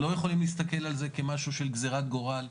לא יכולים להסתכל על זה כמשהו של גזרת גורל.